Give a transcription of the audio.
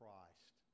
christ